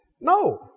No